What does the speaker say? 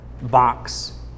box